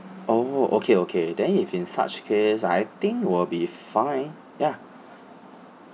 oh okay okay then if in such case I think will be fine ya